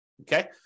Okay